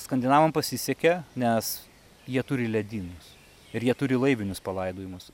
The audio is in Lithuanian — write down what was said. skandinavam pasisekė nes jie turi ledynus ir jie turi laivinius palaidojimus